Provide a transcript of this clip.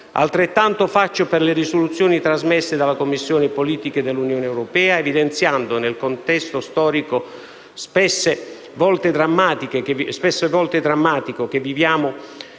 Altrettanto faccio per le risoluzioni trasmesse dalla Commissione politiche dell'Unione europea, evidenziando - nel contesto storico spesse volte drammatico che stiamo